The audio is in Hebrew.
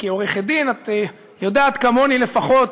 כעורכת-דין את יודעת כמוני לפחות